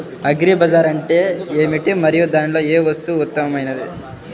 Agri bazaar అంటే ఏమిటి మరియు దానిలో ఏ వస్తువు ఉత్తమమైనది?